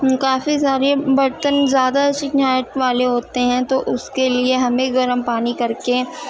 کافی سارے برتن زیادہ چکناہٹ والے ہوتے ہیں تو اس کے لیے ہمیں گرم پانی کر کے